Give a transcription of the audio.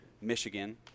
Michigan